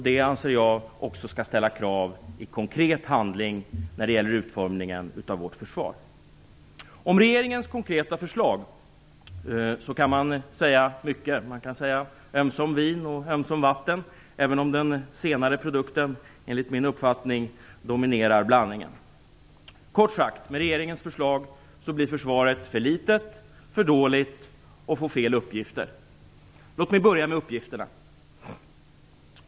Det anser jag också skall leda till att man ställer krav i konkret handling när det gäller utformningen av vårt försvar. Om regeringens konkreta förslag kan man säga mycket. Man kan säga ömsom vin och ömsom vatten, även om den senare produkten enligt min uppfattning dominerar blandningen. Kort sagt, med regeringens förslag blir försvaret för litet, för dåligt och får fel uppgifter. Låt mig börja med uppgifterna.